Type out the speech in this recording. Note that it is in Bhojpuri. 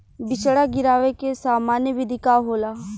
बिचड़ा गिरावे के सामान्य विधि का होला?